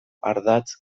ardatz